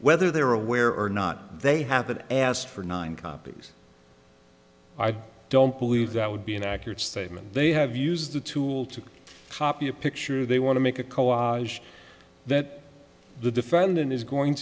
whether they were aware or not they haven't asked for nine copies i don't believe that would be an accurate statement they have used a tool to copy a picture they want to make a co op that the defendant is going